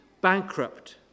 bankrupt